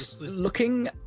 looking